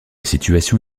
situation